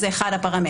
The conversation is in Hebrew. זה אחד הפרמטרים.